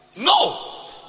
No